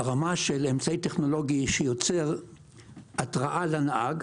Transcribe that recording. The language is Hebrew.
הרמה של אמצעי טכנולוגי שיוצר התרעה לנהג,